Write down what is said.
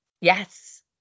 Yes